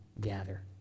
gather